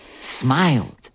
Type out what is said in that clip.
smiled